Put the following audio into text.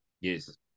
Yes